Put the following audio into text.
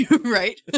Right